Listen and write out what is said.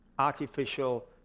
artificial